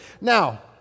now